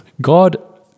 God